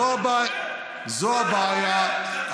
אז הינה, זו הבעיה.